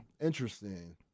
Interesting